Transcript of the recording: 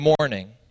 morning